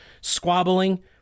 squabbling